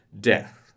death